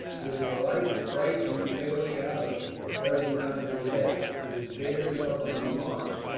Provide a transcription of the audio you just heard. with the life frightened fairly out of me, a dozen times a day. it was bad enough on the march,